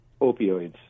opioids